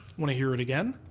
want to hear it again?